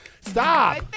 Stop